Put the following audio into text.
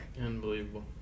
Unbelievable